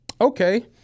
okay